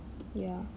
ya